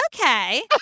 okay